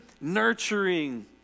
nurturing